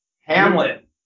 Hamlet